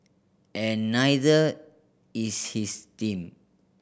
and neither is his team